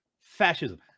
fascism